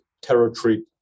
territory